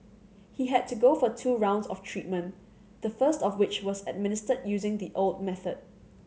he had to go for two rounds of treatment the first of which was administered using the old method